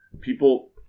people